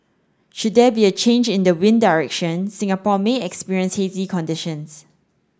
should there be a change in the wind direction Singapore may experience hazy conditions